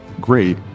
great